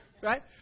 right